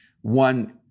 One